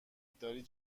داری